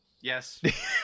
yes